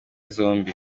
zombi